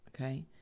okay